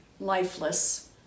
Lifeless